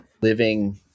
living